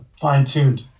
fine-tuned